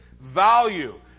value